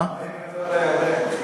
שתי גדות לירדן.